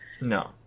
No